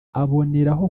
aboneraho